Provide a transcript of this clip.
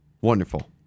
Wonderful